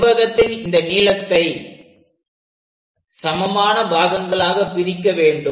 செவ்வகத்தின் இந்த நீளத்தை சமமான பாகங்களாக பிரிக்க வேண்டும்